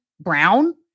brown